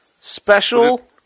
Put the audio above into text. Special